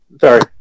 Sorry